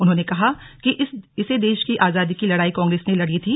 उन्होंने कहा कि इस देश की आजादी की लड़ाई कांग्रेस ने लड़ी थी